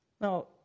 Now